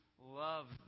love